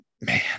man